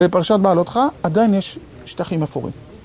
בפרשת בעלותך עדיין יש שטחים אפורים.